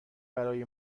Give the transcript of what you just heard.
برای